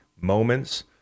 moments